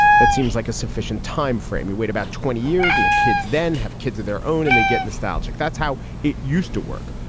that seems like a sufficient timeframe. you wait about twenty years and the kids then have kids of their own and they get nostalgic. that's how it used to work.